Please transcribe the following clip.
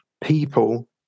people